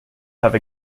have